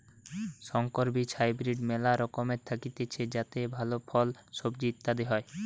সংকর বীজ হাইব্রিড মেলা রকমের থাকতিছে যাতে ভালো ফল, সবজি ইত্যাদি হয়